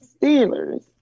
Steelers